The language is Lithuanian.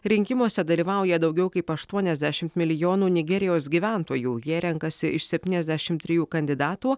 rinkimuose dalyvauja daugiau kaip aštuoniasdešimt milijonų nigerijos gyventojų jie renkasi iš septyniasdešimt trijų kandidatų